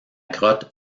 grotte